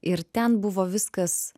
ir ten buvo viskas